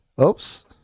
Oops